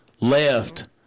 left